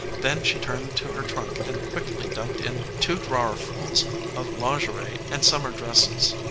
then she turned to her trunk and quickly dumped in two drawerfulls of lingerie and stammer dresses.